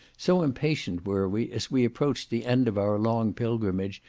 so impatient were we, as we approached the end of our long pilgrimage,